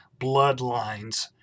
bloodlines